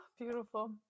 Beautiful